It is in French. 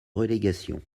relégation